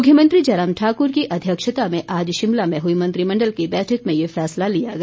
मुख्यमंत्री जयराम ठाकुर की अध्यक्षता में आज शिमला में हुई मंत्रिमंडल की बैठक में यह फैसला लिया गया